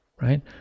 right